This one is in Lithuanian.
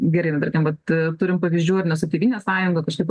gerai nu tarkim vat turim pavyzdžių ar ne su tėvynės sąjunga kažkaip